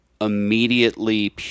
immediately